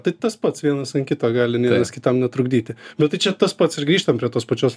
tai tas pats vienas kitą gali vienas kitam netrukdyti bet tai čia tas pats ir grįžtam prie tos pačios